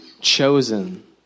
chosen